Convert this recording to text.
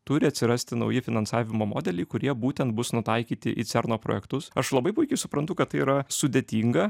turi atsirasti nauji finansavimo modeliai kurie būtent bus nutaikyti į cerno projektus aš labai puikiai suprantu kad tai yra sudėtinga